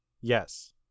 Yes